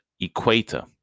Equator